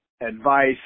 advice